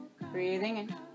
Breathing